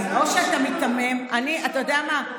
או שאתה מיתמם, אתה יודע מה?